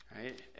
right